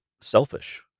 selfish